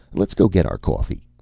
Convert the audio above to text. let's go get our coffee.